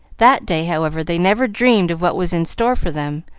that day, however, they never dreamed of what was in store for them,